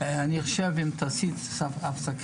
אני חושב שאם תעשי הפסקה,